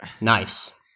Nice